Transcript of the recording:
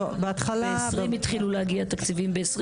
ב-20' התחילו להגיע תקציבים, ב-21'.